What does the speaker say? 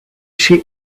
she